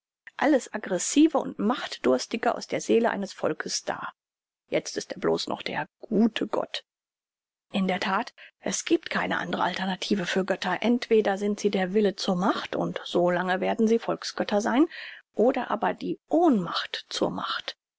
alles aggressive und machtdurstige aus der seele eines volkes dar jetzt ist er bloß noch der gute gott in der that es giebt keine andre alternative für götter entweder sind sie der wille zur macht und so lange werden sie volksgötter sein oder aber die ohnmacht zur macht